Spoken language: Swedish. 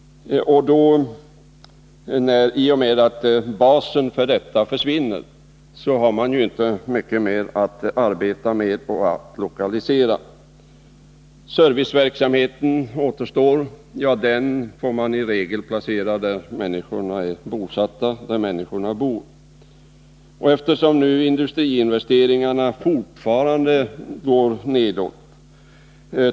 I och med att basen härför försvinner finns ju inte några förutsättningar för lokalisering. Serviceverksamheten återstår. Den får man i regel placera där människorna bor. Industriinvesteringarna går fortfarande ned.